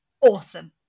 awesome